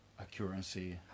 accuracy